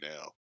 now